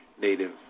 Native